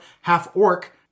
half-orc